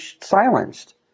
silenced